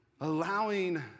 allowing